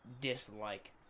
dislike